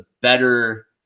better